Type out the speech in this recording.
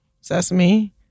sesame